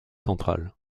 centrale